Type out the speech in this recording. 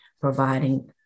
providing